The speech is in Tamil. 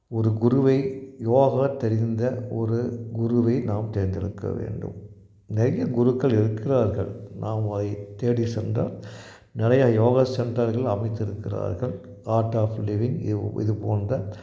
ஒரு குருவை யோகா தெரிந்த ஒரு குருவை நாம் தேர்ந்தெடுக்க வேண்டும் நறைய குருக்கள் இருக்கிறார்கள் நாம் அதை தேடி சென்றால் நறையா யோகா சென்ட்ர்கள் அமைத்திருக்கிறார்கள் ஆர்ட் ஆஃப் லிவ்விங் இவு இது போன்ற